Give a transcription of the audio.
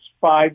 five